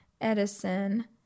Edison